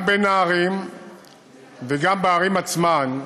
גם בין הערים וגם בערים עצמן,